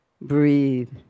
Breathe